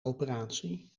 operatie